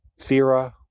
Thera